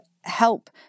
help